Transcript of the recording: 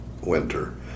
winter